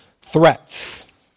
threats